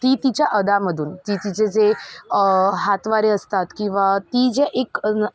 ती तिच्या अदामधून ती तिचे जे हातवारे असतात किंवा ती जे एक